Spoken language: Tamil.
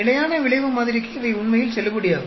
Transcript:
நிலையான விளைவு மாதிரிக்கு இவை உண்மையில் செல்லுபடியாகும்